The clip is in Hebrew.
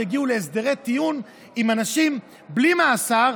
שהגיעו להסדרי טיעון עם אנשים בלי מאסר,